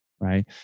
right